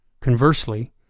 Conversely